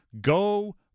go